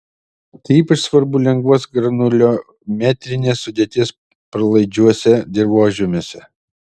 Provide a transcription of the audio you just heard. tai ypač svarbu lengvos granuliometrinės sudėties pralaidžiuose dirvožemiuose